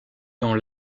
dans